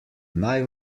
naj